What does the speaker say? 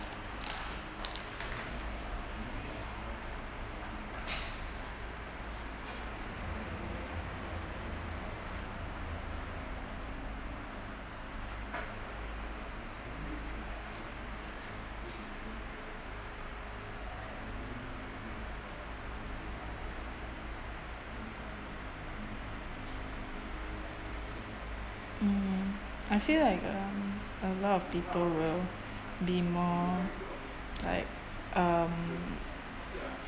mm I feel like um a lot of people will be more like um